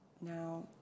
Now